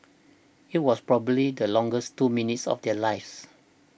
it was probably the longest two minutes of their lives